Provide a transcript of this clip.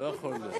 זה לא יכול להיות.